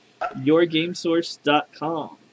yourgamesource.com